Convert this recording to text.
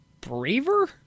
braver